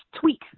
tweak